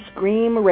Scream